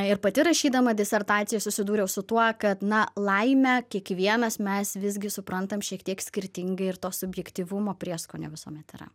ir pati rašydama disertaciją aš susidūriau su tuo kad na laimę kiekvienas mes visgi suprantam šiek tiek skirtingai ir to subjektyvumo prieskonių visuomet yra